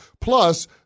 Plus